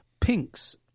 pinks